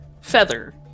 feather